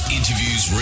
interviews